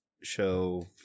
show